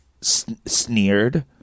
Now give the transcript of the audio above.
sneered